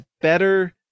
better